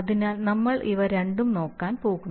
അതിനാൽ നമ്മൾഇവ രണ്ടും നോക്കാൻ പോകുന്നു